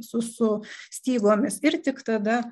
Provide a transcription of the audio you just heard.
su su stygomis ir tik tada